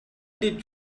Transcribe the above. did